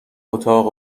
اتاق